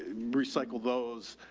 recycle those,